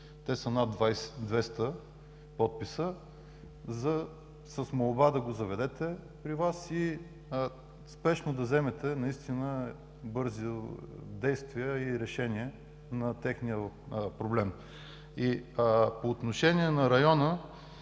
те са над 200 подписа, с молба да го заведете при Вас и спешно да предприемете бързи действия и решение на техния проблем. По отношение на района,